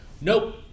nope